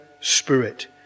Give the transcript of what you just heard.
spirit